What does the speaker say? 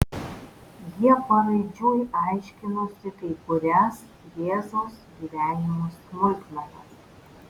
jie paraidžiui aiškinosi kai kurias jėzaus gyvenimo smulkmenas